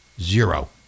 zero